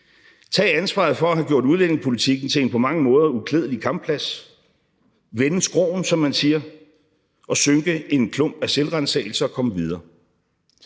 tage ansvaret for at have gjort udlændingepolitikken til en på mange måder uklædelig kampplads, vende skråen, som man siger, og synke en klump af selvransagelse og komme videre.